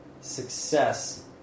success